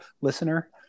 listener